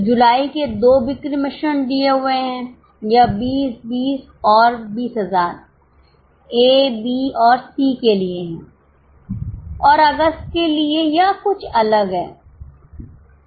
तो जुलाई के दो बिक्री मिश्रण दिए हुए हैं यह 20 20 और 20000 ए बी और सी के लिए हैं और अगस्त के लिए यह कुछ अलग है